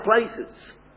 places